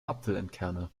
apfelentkerner